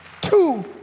Two